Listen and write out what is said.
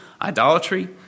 idolatry